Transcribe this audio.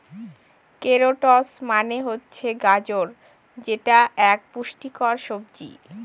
carrots মানে হচ্ছে গাজর যেটা এক পুষ্টিকর সবজি